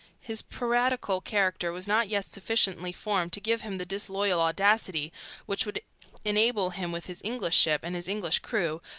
his piratical character was not yet sufficiently formed to give him the disloyal audacity which would enable him with his english ship and his english crew,